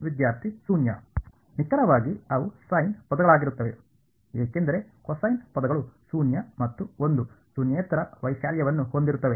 ವಿದ್ಯಾರ್ಥಿ ಶೂನ್ಯ ನಿಖರವಾಗಿ ಅವು ಸೈನ್ ಪದಗಳಾಗಿರುತ್ತವೆ ಏಕೆಂದರೆ ಕೊಸೈನ್ ಪದಗಳು ಶೂನ್ಯ ಮತ್ತು ಒಂದು ಶೂನ್ಯೇತರ ವೈಶಾಲ್ಯವನ್ನು ಹೊಂದಿರುತ್ತವೆ